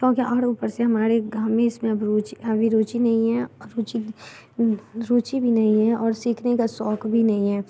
क्योंकि हमें ऊपर से हमारे हमें अब इस में अब रुचि अभी रूचि नहीं है रुचि रूचि भी नहीं है और सीखने का शौक़ भी नहीं है